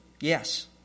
Yes